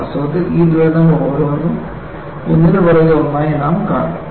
വാസ്തവത്തിൽ ഈ ദുരന്തങ്ങൾ ഓരോന്നും ഒന്നിനുപുറകെ ഒന്നായി നാം കാണും